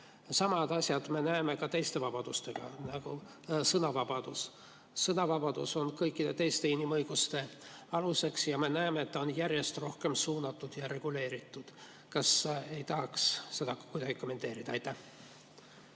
Sama me näeme ka teiste vabaduste puhul. Näiteks sõnavabadus. Sõnavabadus on kõikide teiste inimõiguste aluseks, aga me näeme, et ta on järjest rohkem suunatud ja reguleeritud. Kas sa ei tahaks seda kuidagi kommenteerida? Aitäh!